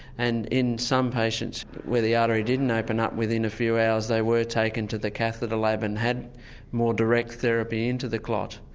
and in some patients where the artery didn't open up within a few hours they were taken to the catheter lab and had more direct therapy into the clot.